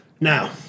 Now